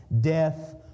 death